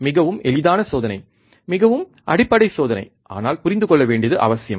மிகவும் எளிதான சோதனை மிகவும் அடிப்படை சோதனை ஆனால் புரிந்து கொள்ள வேண்டியது அவசியம்